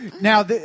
Now